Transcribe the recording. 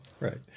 Right